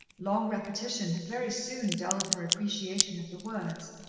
long repetition had very soon dulled her appreciation of the words,